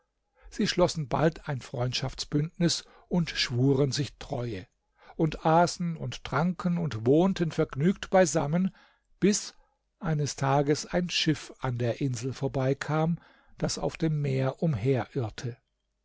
sie schlossen bald ein freundschaftsbündnis und schwuren sich treue und aßen und tranken und wohnten vergnügt beisammen bis eines tages ein schiff an der insel vorbeikam das auf dem meer